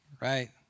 right